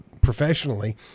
professionally